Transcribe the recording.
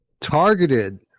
Targeted